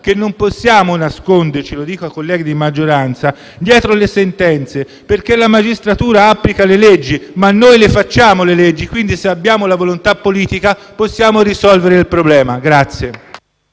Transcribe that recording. che non possiamo nasconderci - lo dico ai colleghi di maggioranza - dietro alle sentenze, perché la magistratura applica le leggi, ma noi le facciamo. Quindi, se abbiamo la volontà politica, possiamo risolvere il problema.